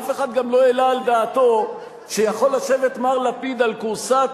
אף אחד גם לא העלה על דעתו שיכול לשבת מר לפיד על כורסת